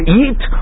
eat